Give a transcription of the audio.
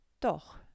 doch